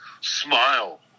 smile